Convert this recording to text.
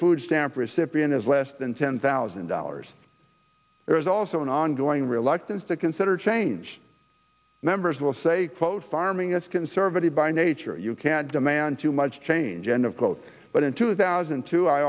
food stamp recipient is less than ten thousand dollars there is also an ongoing reluctance to consider change members will say quote farming is conservative by nature you can't demand too much change end of quote but in two thousand and two i